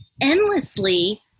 endlessly